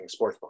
Sportsbook